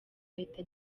ahita